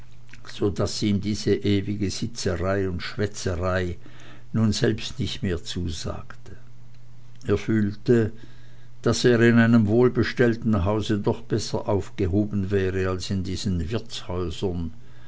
so daß ihm diese ewige sitzerei und schwätzerei nun selbst nicht mehr zusagte er fühlte daß er in seinem wohlbestellten hause doch besser aufgehoben wäre als in diesen wirtshäusern